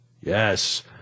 yes